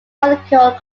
molecule